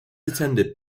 attended